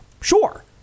Sure